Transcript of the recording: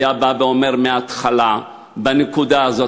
והיה בא ואומר מההתחלה, בנקודה הזאת.